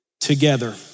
together